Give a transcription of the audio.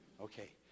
Okay